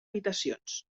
habitacions